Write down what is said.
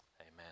Amen